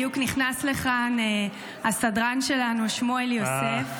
בדיוק נכנס לכאן הסדרן שלנו שמואל יוסף,